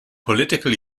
political